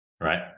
right